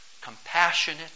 compassionate